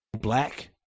black